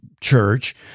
church